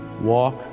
walk